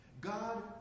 God